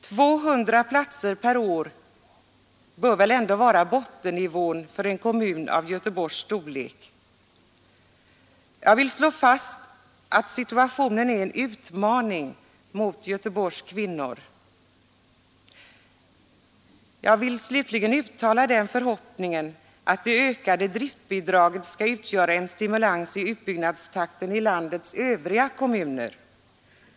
200 platser per år bör ändå vara bottennivån för en kommun av Göteborgs storlek! Jag vill slå fast att situationen är en utmaning mot Göteborgs kvinnor. Jag vill slutligen uttala den förhoppningen att det ökade driftbidraget skall utgöra en stimulans för utbyggnadstakten i landets övriga kommuner.